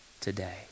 today